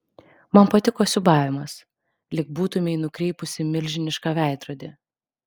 man patiko siūbavimas lyg būtumei nukreipusi milžinišką veidrodį